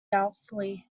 doubtfully